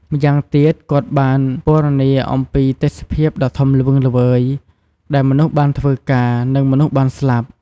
ម្យ៉ាងទៀតគាត់បានពណ៌នាអំពីទេសភាពដ៏ធំល្វឹងល្វើយដែលមនុស្សបានធ្វើការ និងមនុស្សបានស្លាប់។